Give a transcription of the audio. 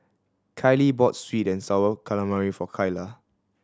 Kylie bought sweet and Sour Calamari for Kylah